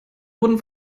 wurde